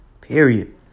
Period